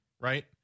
right